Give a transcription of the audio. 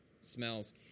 smells